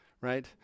right